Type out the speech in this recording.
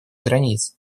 границ